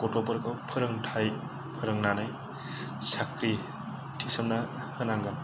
गथ'फोरखौ फोरोंथाय फोरोंनानै साख्रि थिसननो होनांगोन